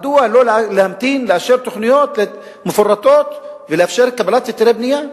מדוע לא להמתין ולאשר תוכניות מפורטות ולאפשר קבלת היתרי בנייה?